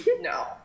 No